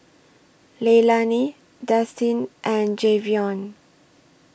Leilani Destin and Jayvion